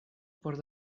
por